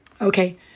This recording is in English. Okay